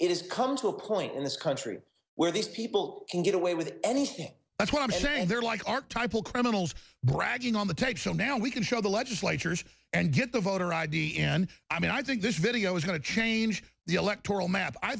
it is come to a point in this country where these people can get away with anything but what i'm saying they're like anti pull criminals bragging on the take so now we can show the legislatures and get the voter id and i mean i think this video is going to change the electoral map i